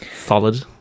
Solid